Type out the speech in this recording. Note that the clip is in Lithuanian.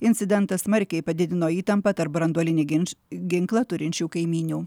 incidentas smarkiai padidino įtampą tarp branduolinį ginčą ginklą turinčių kaimynių